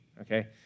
okay